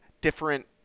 different